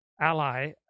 ally